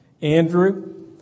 Andrew